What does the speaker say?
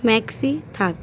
maxi থাক